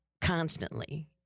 constantly